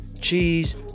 cheese